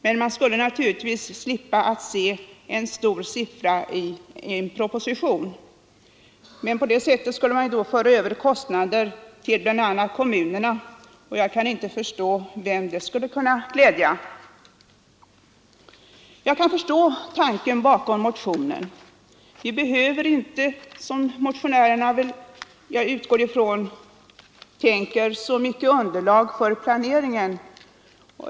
—- Men man skulle naturligtvis då slippa att se en stor siffra i en proposition. Dessutom skulle då kostnader föras över på bl.a. kommunerna, och jag kan inte förstå vem det skulle kunna glädja. Jag kan förstå tanken bakom motionen. Motionärerna utgår väl från att vi inte behöver så mycket underlag för planeringen.